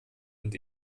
und